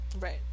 Right